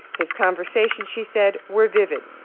his conversations, she said, were vivid.